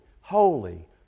holy